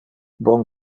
bon